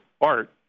art